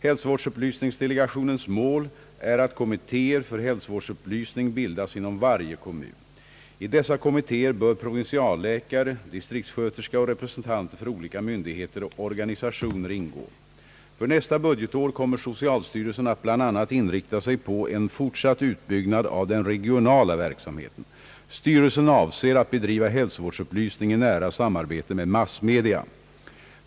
Hälsovårdsupplysningsdelegationens mål är att kommittéer för hälsovårdsupplysning bildas inom varje kommun. I dessa kommittéer bör provinsialläkare, distriktsköterska och representanter för olika myndigheter och organisationer ingå. För nästa budgetår kommer socialstyrelsen att bl.a. inrikta sig på en fortsatt utbyggnad av den regionala verksamheten. Styrelsen avser att bedriva hälsovårdsupplysningen i nära samarbete med massmedia.